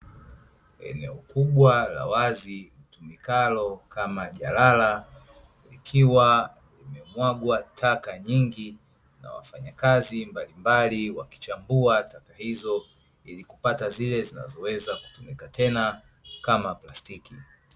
Eneo kubwa la wazi, litumikalo kama jalala, likiwa limemwaga taka nyingi na wafanyakazi mbalimbali wakichambua taka hizo ili kupata zile zitakazotumika tena kama plastiki.